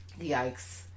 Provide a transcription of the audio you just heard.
Yikes